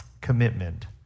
commitment